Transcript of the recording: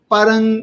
Parang